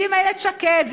ועם איילת שקד,